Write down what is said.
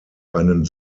einen